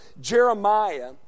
Jeremiah